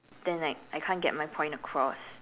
then like I can't get my point across